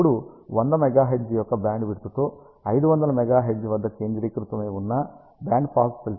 ఇప్పుడు 100 MHz యొక్క bandwidth తో 500 MHz వద్ద కేంద్రీకృతమై ఉన్న బ్యాండ్ పాస్ ఫిల్టర్ను రూపొందించాము